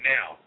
Now